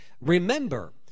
remember